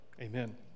Amen